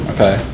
Okay